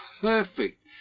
perfect